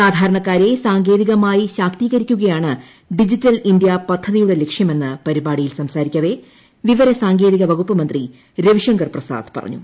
സാധാരണക്കാരെ സാങ്കേതികമായി ശാക്തീകരിക്കുകയാണ് ഡിജിറ്റൽ ഇന്ത്യ പദ്ധതിയുടെ ലക്ഷ്യമെന്ന് പരിപാടിയിൽ സംസാരിക്കവെ വിവര സാങ്കേതിക വകുപ്പ് മന്ത്രി രവിശങ്കർ പ്രസാദ് പറഞ്ഞു